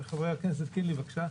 חבר הכנסת קינלי, בבקשה.